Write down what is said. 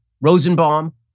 Rosenbaum